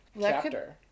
chapter